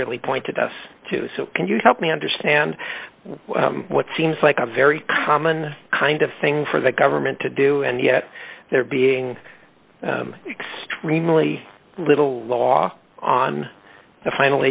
really pointed us to so can you help me understand what seems like a very common kind of thing for the government to do and yet they're being extremely little law on the final